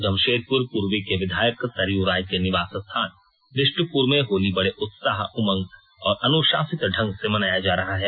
जमशेदपुर पूर्वी के विधायक सरयू राय के निवास स्थान बिष्टुपुर में होली बड़े उत्साह उमंग और अनुशासित ढंग से मनाया जा रहा है